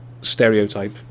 stereotype